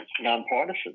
nonpartisan